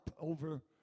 over